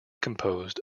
composed